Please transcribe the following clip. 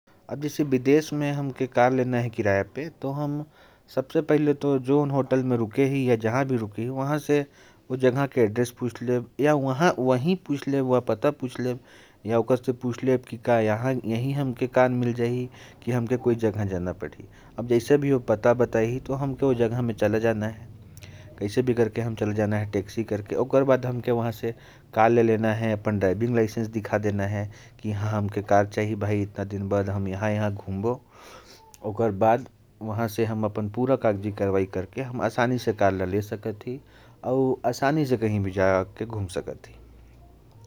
जैसे विदेश में कार किराए पर लेनी हो, तो जो होटल में या जिस जगह पर रुके हैं, वहां से जानकारी लेनी चाहिए। और वहां जाकर पूरी जानकारी अच्छे से लेकर, अपना ड्राइविंग लाइसेंस दिखाकर आसानी से कार किराए पर ले सकते हैं।